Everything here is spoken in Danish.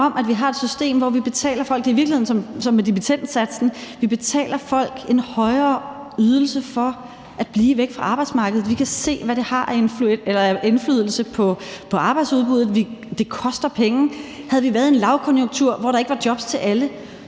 dimittendsatsen – en højere ydelse for at blive væk fra arbejdsmarkedet. Vi kan se, hvad det har af indflydelse på arbejdsudbuddet. Det koster penge. Havde vi været i en lavkonjunktur, hvor der ikke var jobs til alle,